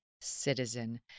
Citizen